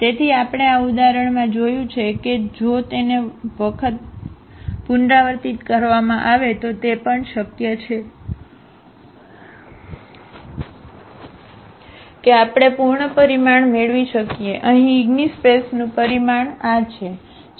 તેથી આપણે આ ઉદાહરણમાં જોયું છે કે જો તેને વખત પુનરાવર્તિત કરવામાં આવે તો તે પણ શક્ય છે કે આપણે પૂર્ણ પરિમાણ મેળવી શકીએ અહીં ઈગ્નીસ્પેસનું પરિમાણ આ છે